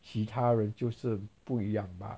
其他人就是不一样吧